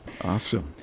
Awesome